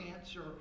answer